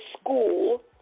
school